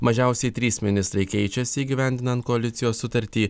mažiausiai trys ministrai keičiasi įgyvendinant koalicijos sutartį